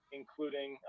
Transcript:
including